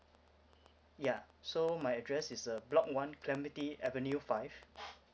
yeah so my address is uh block one clementi avenue five